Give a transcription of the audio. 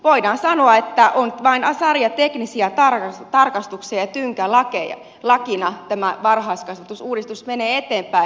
voidaan sanoa että on vain sarja teknisiä tarkastuksia ja tynkälakina tämä varhaiskasvatusuudistus menee eteenpäin